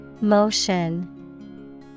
Motion